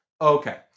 Okay